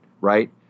right